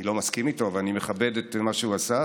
אני לא מסכים איתו אבל אני מכבד את מה שהוא עשה,